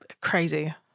crazy